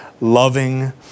loving